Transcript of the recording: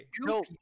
no